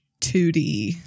2D